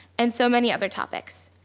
and so many other tropics.